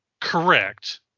Correct